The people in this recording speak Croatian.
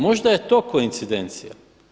Možda je to koincidencija.